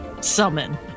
summon